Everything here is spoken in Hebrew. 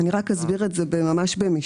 אני רק אסביר את זה ממש במשפט.